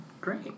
Great